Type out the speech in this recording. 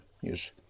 Yes